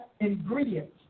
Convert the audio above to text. ingredients